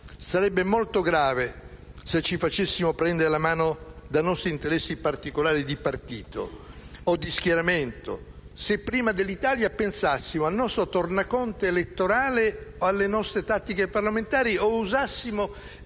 sarebbe molto grave se ci facessimo prendere la mano dai nostri interessi particolari di partito o di schieramento, se prima che all'Italia pensassimo al nostro tornaconto elettorale o alle nostre tattiche parlamentari o usassimo